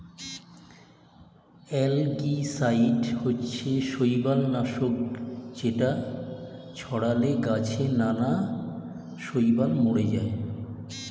algicide হচ্ছে শৈবাল নাশক যেটা ছড়ালে গাছে নানা শৈবাল মরে যায়